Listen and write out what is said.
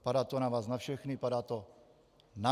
Padá to na vás na všechny, padá to na mě.